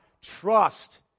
trust